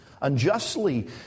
unjustly